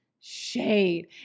Shade